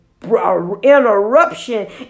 interruption